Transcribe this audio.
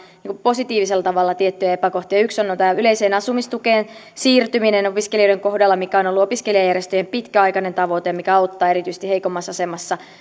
positiivisella tavalla tiettyjä epäkohtia yksihän on tämä yleiseen asumistukeen siirtyminen opiskelijoiden kohdalla mikä on ollut opiskelijajärjestöjen pitkäaikainen tavoite ja mikä auttaa erityisesti heikoimmassa asemassa